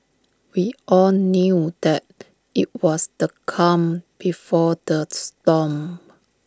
we all knew that IT was the calm before the storm